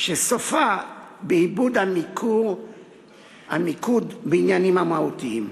שסופה באיבוד המיקוד בעניינים המהותיים.